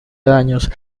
daños